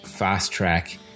fast-track